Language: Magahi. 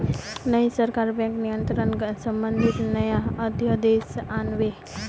नई सरकार बैंक नियंत्रण संबंधी नया अध्यादेश आन बे